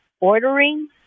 ordering